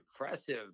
impressive